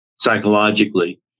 psychologically